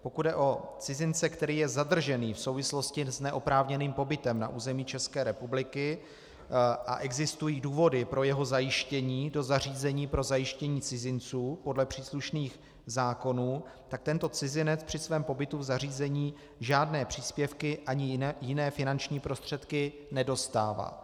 Pokud jde o cizince, který je zadržený v souvislosti s neoprávněným pobytem na území ČR, a existují důvody pro jeho zajištění do zařízení pro zajištění cizinců podle příslušných zákonů, tak tento cizinec při svém pobytu v zařízení žádné příspěvky ani jiné finanční prostředky nedostává.